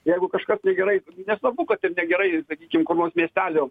jeigu kažkas negerai nesvarbu kad ten negerai sakykim ko nors miestelio